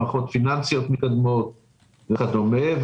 מערכות פיננסיות מתקדמות וכדומה.